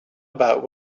about